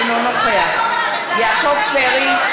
אינו נוכח יעקב פרי,